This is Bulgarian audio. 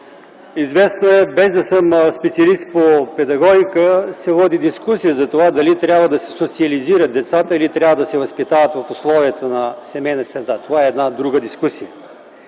известно е, без да съм специалист по педагогика, се води дискусия за това – дали трябва да се социализират децата, или трябва да се възпитават в условията на семейна среда? Това е една друга дискусия.